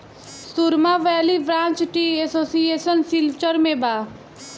सुरमा valley branch tea association Silchar में बा